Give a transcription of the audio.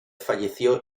falleció